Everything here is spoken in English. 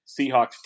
Seahawks